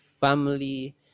family